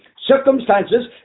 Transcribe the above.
circumstances